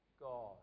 God